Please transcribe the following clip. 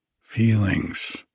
feelings